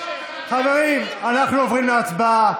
חברים, אנחנו עוברים להצבעה.